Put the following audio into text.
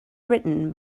written